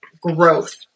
growth